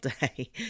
day